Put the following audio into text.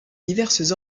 diverses